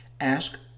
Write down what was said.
Ask